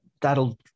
that'll